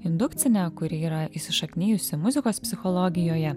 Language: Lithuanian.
indukcinę kuri yra įsišaknijusi muzikos psichologijoje